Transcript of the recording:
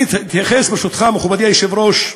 אני אתייחס, ברשותך, מכובדי היושב-ראש,